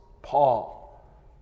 Paul